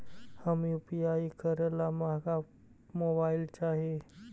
हम यु.पी.आई करे ला महंगा मोबाईल चाही?